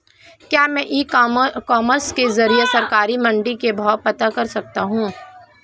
क्या मैं e commerce के ज़रिए सरकारी मंडी के भाव पता कर सकता हूँ?